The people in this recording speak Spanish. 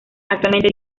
actualmente